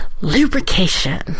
lubrication